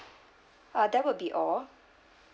uh that will be all